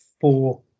four